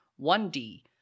1D